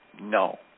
No